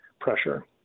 pressure